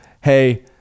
hey